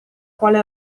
quale